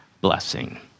blessing